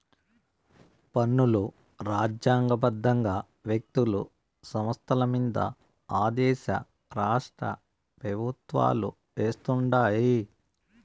పన్నులు రాజ్యాంగ బద్దంగా వ్యక్తులు, సంస్థలమింద ఆ దేశ రాష్ట్రపెవుత్వాలు వేస్తుండాయి